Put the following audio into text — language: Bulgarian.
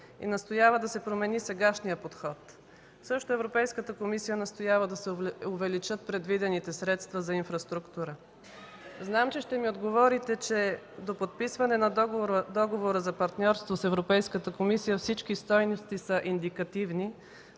и настоява да се промени сегашният подход. Европейската комисия настоява също да се увеличат предвидените средства за инфраструктура. Знам, че ще ми отговорите, че до подписване на договора за партньорство с Европейската комисия всички стойности са индикативни,